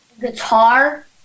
Guitar